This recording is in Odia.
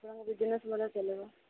ବିଜ୍ନେସ୍ ଚାଲିବ